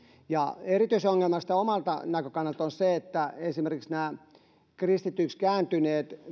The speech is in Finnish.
erityisen ongelmallista omalta näkökannaltani on se että esimerkiksi kristityiksi kääntyneiden